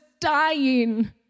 dying